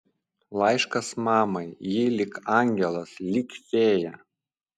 laiškas mamai ji lyg angelas lyg fėja